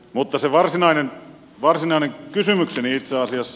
mutta se varsinainen kysymykseni itse asiassa